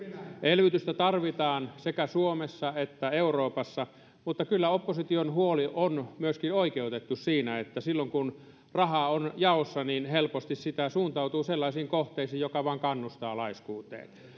elvytystä tarvitaan sekä suomessa että euroopassa mutta kyllä opposition huoli on myöskin oikeutettu siinä että silloin kun rahaa on jaossa niin helposti sitä suuntautuu sellaisiin kohteisiin jotka vain kannustavat laiskuuteen